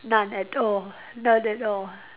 none at all none at all